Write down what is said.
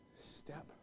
step